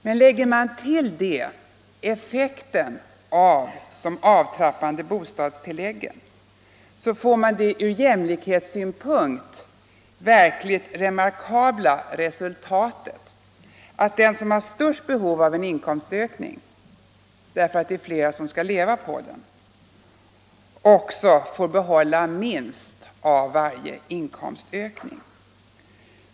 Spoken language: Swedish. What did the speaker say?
Men lägger man till detta effekten av de avtrappade bostadstilläggen, får man det ur jämlikhetssynpunkt verkligt remarkabla resultatet att den som har störst behov av en inkomstökning, därför att det är flera som skall leva på inkomsten, också får behålla minst av varje inkomstökning.